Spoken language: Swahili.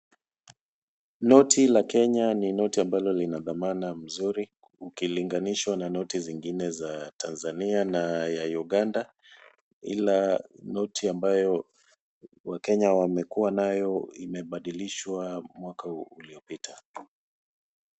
Noti la Kenya ni noti ambalo lina dhamana mzuri ikilinganishwa na noti zingine za Tanzania na ya Uganda ila noti ambayo wakenya wamekuwa nayo imebadilishwa mwaka uliopita.